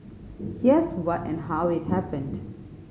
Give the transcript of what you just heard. here's what and how it happened